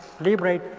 liberate